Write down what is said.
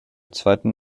zweiten